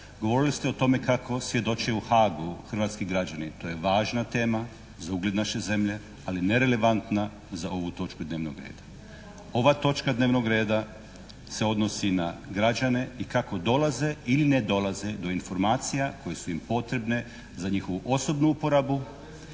Govorili ste o tome kako svjedoče o Haagu hrvatski građani. To je važna tema za ugled naše zemlje ali nerelevantna za ovu točku dnevnog reda. Ova točka dnevnog reda se odnosi na građane i kako dolaze ili ne dolaze do informacija koje su im potrebne za njihovu osobnu uporabu